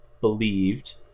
believed